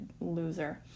loser